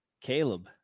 Caleb